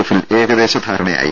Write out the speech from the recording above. എഫിൽ ഏകദേശ ധാരണയായി